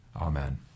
Amen